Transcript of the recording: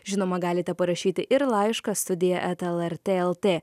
žinoma galite parašyti ir laišką studija eta lrt lt